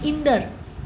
ईंदड़